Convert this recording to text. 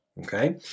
Okay